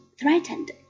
threatened